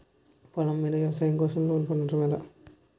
పొలం మీద వ్యవసాయం కోసం లోన్ పొందటం ఎలా?